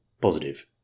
positive